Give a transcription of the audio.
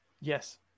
Yes